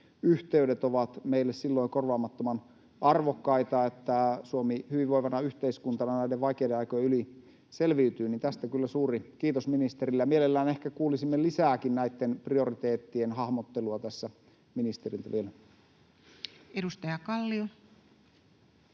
yhteydet ovat meille silloin korvaamattoman arvokkaita, niin että Suomi hyvinvoivana yhteiskuntana näiden vaikeiden aikojen yli selviytyy, ja tästä kyllä suuri kiitos ministerille. Ja mielellään ehkä kuulisimme lisääkin näitten prioriteettien hahmottelua tässä ministeriltä vielä. [Speech 593]